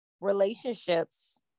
relationships